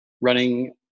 running